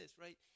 right